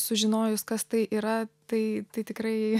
sužinojus kas tai yra tai tai tikrai